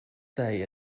stay